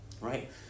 right